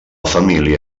família